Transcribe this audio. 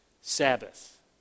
Sabbath